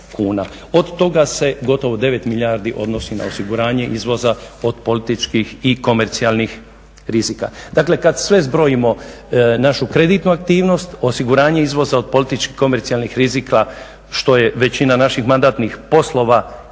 od toga se gotovo 9 milijardi odnosi na osiguranje izvoza od političkih i komercijalnih rizika. Dakle, kad sve zbrojimo, našu kreditnu aktivnost, osiguranje izvoza od političkih komercijalnih rizika, što je većina naših mandatnih poslova